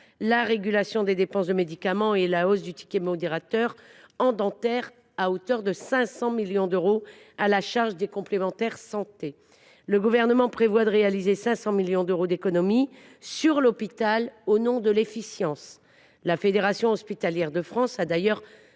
la régulation des dépenses de médicaments et la hausse du ticket modérateur en dentaire, à hauteur de 500 millions d’euros à la charge des complémentaires santé. Le Gouvernement prévoit de réaliser 500 millions d’euros d’économies sur l’hôpital au nom de l’efficience. La Fédération hospitalière de France a d’ailleurs